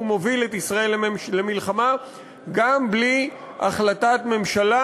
והוא מוביל את ישראל למלחמה גם בלי החלטת ממשלה,